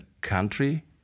country